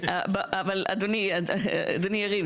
כן, אבל אדוני הרים.